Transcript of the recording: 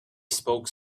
spoke